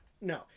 No